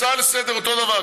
הצעה לסדר, אותו דבר.